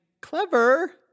clever